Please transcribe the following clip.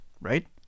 Right